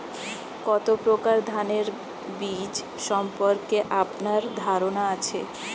কত প্রকার ধানের বীজ সম্পর্কে আপনার ধারণা আছে?